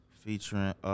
featuring